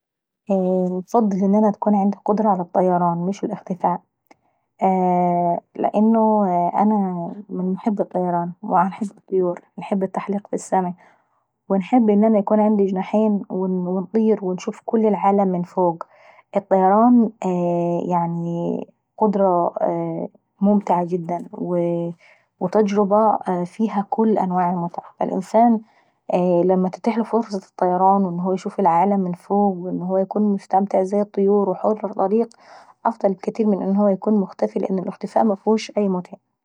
انفضل ان انا تكون عندي قدرة على الطيران مش الاختفاء. لان انا باحب الطيران وعاشقة للطيور ونحب التحليق في السما وباحب ان انا نكون عندي جناحين ونطير ونشوف كل العالم من فوق. الطيران يعني قدرة ممتعة جدا وتجربة فيها كل أنواع المتعة. الانسان لما يتيحله فرصة الطيران ويشوف العالم من فوق اوان هو كون مستمتع زي الطيور أفضل بكتير من انه يكون مختفي لأن الاختفاء مفيهوش أي متعة.